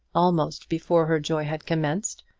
almost before her joy had commenced,